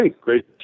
great